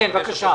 בבקשה.